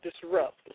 disrupt